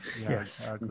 Yes